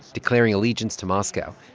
declaring allegiance to moscow,